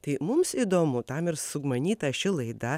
tai mums įdomu tam ir sumanyta ši laida